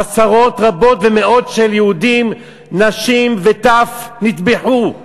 עשרות רבות ומאות של יהודים, נשים וטף, נטבחו,